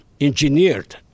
engineered